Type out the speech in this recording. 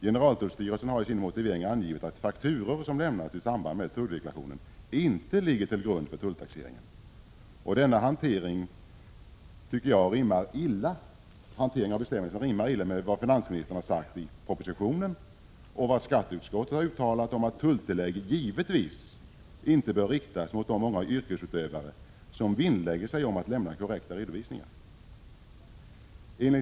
Generaltullstyrelsen har i sin motivering angivit att fakturor som lämnats i samband med tulldeklarationen inte ligger till grund för tulltaxeringen. Denna hantering av bestämmelserna rimmar illa med vad finansministern sagt i propositionen och vad skatteutskottet uttalat om att tulltillägg givetvis inte bör riktas mot de många yrkesutövare som vinnlägger sig om att lämna korrekta redovisningar.